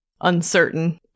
uncertain